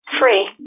Free